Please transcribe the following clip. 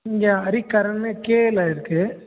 இங்கே ஹரி கரன்னு கேவில இருக்கு